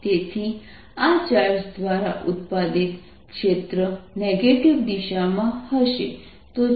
qr2 z તેથી આ charge દ્વારા ઉત્પાદિત ક્ષેત્ર નેગેટિવ દિશામાં હશે